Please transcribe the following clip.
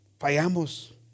fallamos